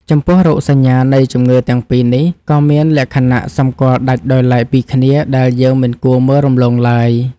ចំពោះរោគសញ្ញានៃជំងឺទាំងពីរនេះ ក៏មានលក្ខណៈសម្គាល់ដាច់ដោយឡែកពីគ្នាដែលយើងមិនគួរមើលរំលងឡើយ។